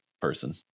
person